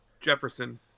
Jefferson